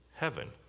heaven